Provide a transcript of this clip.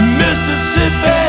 mississippi